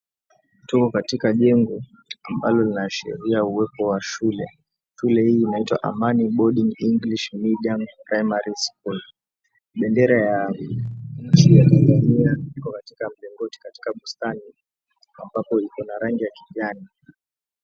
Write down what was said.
Tuko katika jengo ambalo linaashiria uwepo wa shule. Shule hii inaitwa "Amani Boarding English Medium Primary School". Bendera ya nchi ya Tanzania iko katika mlingoti katika bustani ambapo iko na rangi ya kijani.